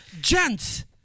Gents